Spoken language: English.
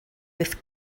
with